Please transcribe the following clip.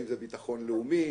האם זה ביטחון לאומי?